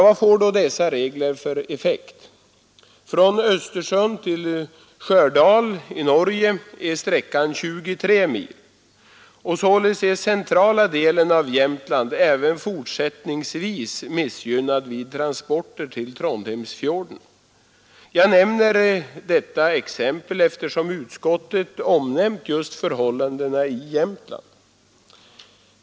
Vad får då dessa regler för effekt? Från Östersund till Stjördal i Norge är sträckan 23 mil, och således är centrala delen av Jämtland även fortsättningsvis missgynnad vid transporter till Trondheimsfjorden. Jag nämner detta exempel eftersom utskottet omnämnt förhållandena i Jämtland.